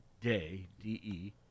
De